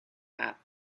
that